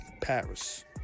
Paris